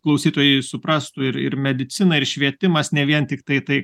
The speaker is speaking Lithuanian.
klausytojai suprastų ir ir medicina ir švietimas ne vien tiktai tai